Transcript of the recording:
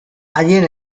haien